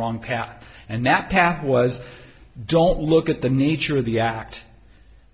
wrong path and that path was don't look at the nature of the act